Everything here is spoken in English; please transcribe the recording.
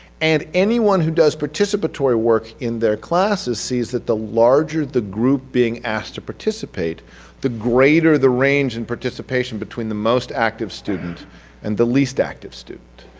and anyone who does participatory work in their classes sees that the larger the group being asked to participate the greater the range in participation between the most active student and the least active student.